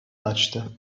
açtı